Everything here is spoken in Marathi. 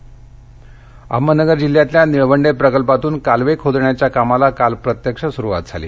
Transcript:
अहमदनगर अहमदनगर जिल्ह्यातल्या निळवंडे प्रकल्पातून कालवे खोदण्याच्या कामाला काल प्रत्यक्ष सुरुवात झाली